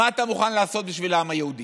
מה אתה מוכן לעשות בשביל העם היהודי?